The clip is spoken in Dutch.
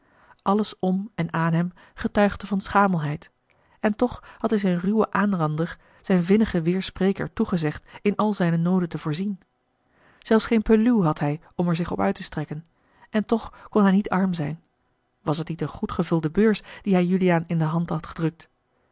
alles om en aan hem getuigde van schamelheid en toch had hij zijn ruwen aanrander zijn vinnigen weêrspreker toegezegd in al zijne nooden te voorzien zelfs geen peluw had hij om er zich op uit te strekken en toch kon hij niet arm zijn was het niet eene goed gevulde beurs die hij juliaan in de hand had gedrukt